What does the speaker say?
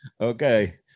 Okay